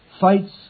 fights